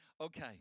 Okay